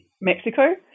Mexico